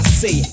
say